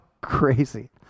crazy